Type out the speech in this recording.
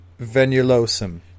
venulosum